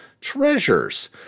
Treasures